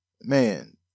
man